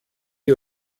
die